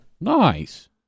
Nice